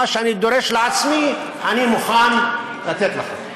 מה שאני דורש לעצמי אני מוכן לתת לך.